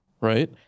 right